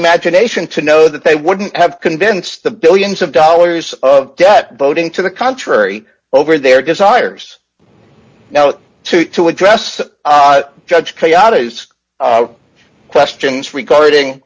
imagination to know that they wouldn't have convinced the billions of dollars of debt voting to the contrary over their desires now to to address judge chaotic questions regarding